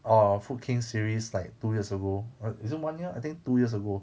err food king series like two years ago or is it one year I think two years ago